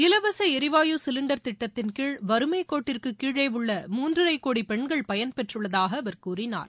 இலவச எரிவாயு சிலிண்டர் திட்டத்தின்கீழ் வறுமை கோட்டிற்கு கீழே உள்ள மூன்றரை கோடி பெண்கள் பயன்பெற்றுள்ளதாக அவர் கூறினார்